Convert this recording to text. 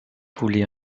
voulait